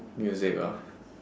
music ah